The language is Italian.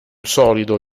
solido